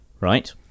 Right